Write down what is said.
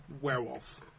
werewolf